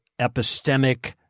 epistemic